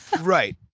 Right